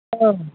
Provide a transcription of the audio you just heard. औ